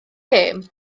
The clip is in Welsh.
gêm